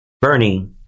Bernie